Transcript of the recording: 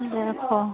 ডেৰশ